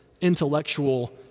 intellectual